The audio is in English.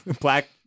black